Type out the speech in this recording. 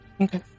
Okay